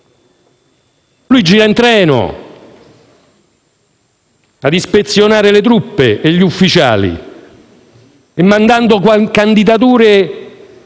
Lui gira in treno a ispezionare le truppe e gli ufficiali, mandando candidature